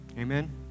Amen